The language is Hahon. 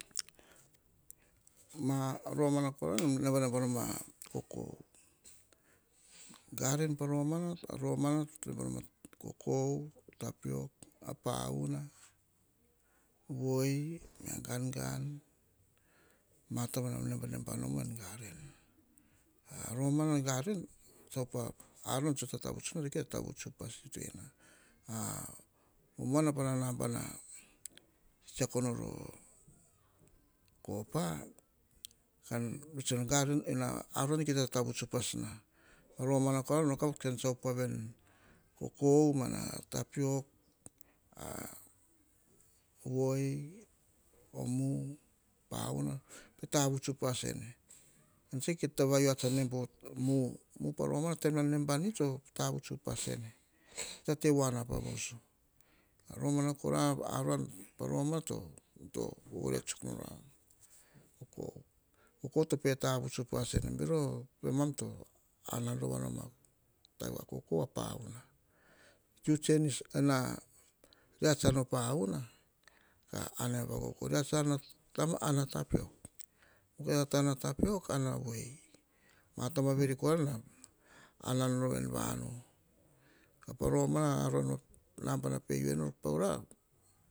Ma romana kora nemom nebaneba noma kokou garen pa romana, kokou, tapiok, pauna, voi, gangan, mataba nemam neba neba noma en garan. Romana garen, tsam op a aruan, to tatavuts nor, to kita tatavut upas nor momaana pana nabana, tsiako nor o copper, kom vets voa vene, aruan to kita tatavuts upas na romana kora tsam op voa veni, kokou, tapiok, voi, o mu, pauna, pe tavut upas ene. Ean tsa kita va u ar tsan neba o mu, mu tsom nebani tsa tavuts upas ene. Kita te voana pa voso. Rmana kora, aruav pa romana to vovore pa romana to vovore tsuk nor kokou to pe tavuts upas ene. Bero pemom to amana, rova noma tabavi va kokou, a pauma reats a am o puana, kia onim po kokou, reats a an taba, am a tapiok, ti to kita nata am tapiok an a voi. Ma taba buar veri kora nemam omam noma en vomu ko romana, aruan na nabana pe enu paurap